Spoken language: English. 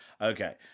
okay